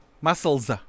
Muscles